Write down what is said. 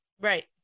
Right